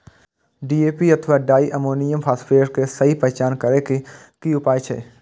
DAP अथवा di ammonium phosphate के सहि पहचान करे के कि उपाय अछि?